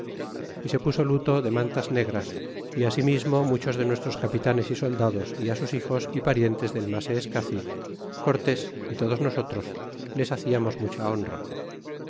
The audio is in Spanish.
y se puso luto de mantas negras y asimismo muchos de nuestros capitanes y soldados y a sus hijos y parientes del maseescaci cortes y todos nosotros les hacíamos mucha honra